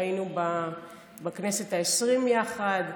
היינו בכנסת העשרים יחד,